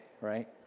Right